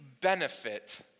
benefit